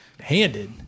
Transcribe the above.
Handed